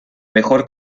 mejor